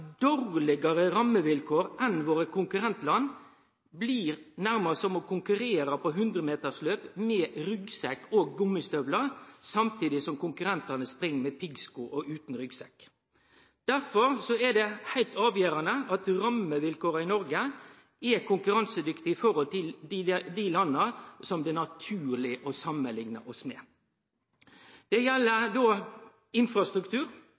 dårlegare rammevilkår enn konkurrentlanda våre, blir nærast som å konkurrere på hundremetersløp med ryggsekk og gummistøvlar samtidig som konkurrentane spring med piggsko og utan ryggsekk. Derfor er det heilt avgjerande at rammevilkåra i Noreg er konkurransedyktige i forhold til landa som det er naturleg å samanlikne seg med. Investering i betre vegar, bane og breiband er ei god investering i infrastruktur